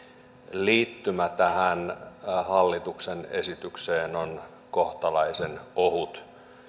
liittymä tähän hallituksen esitykseen on kohtalaisen ohut